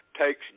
takes